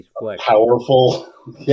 powerful